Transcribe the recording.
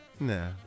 Nah